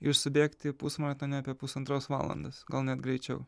ir subėgti pusmaratonį apie pusantros valandos gal net greičiau